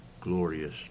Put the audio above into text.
glorious